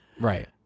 right